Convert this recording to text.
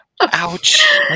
Ouch